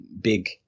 big